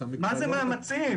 מה זה מאמצים?